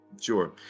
sure